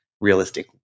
realistic